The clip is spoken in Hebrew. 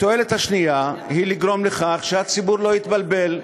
התועלת השנייה היא לגרום לכך שהציבור לא יתבלבל.